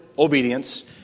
Obedience